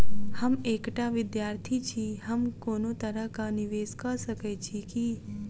हम एकटा विधार्थी छी, हम कोनो तरह कऽ निवेश कऽ सकय छी की?